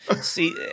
See